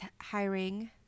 hiring